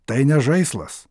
tai ne žaislas